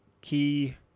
Key